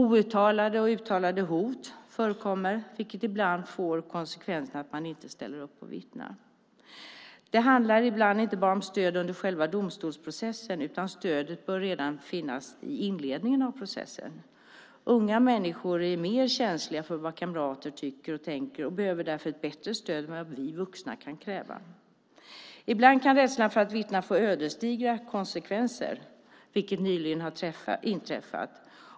Uttalade och outtalade hot förekommer, vilket bland får konsekvensen att man inte ställer upp och vittnar. Det handlar ibland inte bara om stöd under själva domstolsprocessen. Stödet bör även finnas i inledningen av processen. Unga människor är mer känsliga för vad kamrater tycker och tänker. De behöver därför ett bättre stöd än vad vi vuxna kan kräva. Ibland kan rädslan för att vittna få ödesdigra konsekvenser, vilket nyligen har inträffat.